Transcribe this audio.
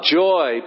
joy